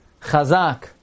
Chazak